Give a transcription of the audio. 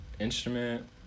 instrument